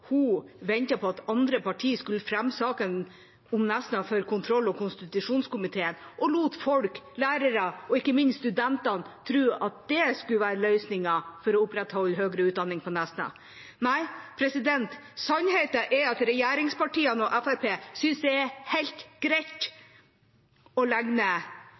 hun ventet på at andre partier skulle fremme saken om Nesna for kontroll- og konstitusjonskomiteen, og hun lot folk, lærere og ikke minst studentene tro at det skulle være løsningen for å opprettholde høyere utdanning på Nesna. Nei, sannheten er at regjeringspartiene og Fremskrittspartiet synes det er helt greit å legge ned